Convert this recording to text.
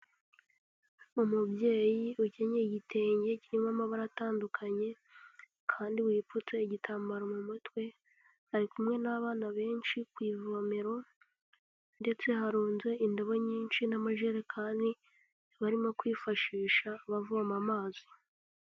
Umubyeyi ukenyeye igitenge kirimo amabara atandukanye kandi wipfutse igitambaro mu mutwe, ari kumwe n'abana benshi ku ivomero ndetse harunze indobo nyinshi n'amajerekani barimo kwifashisha bavoma amazi.